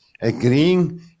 agreeing